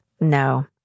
No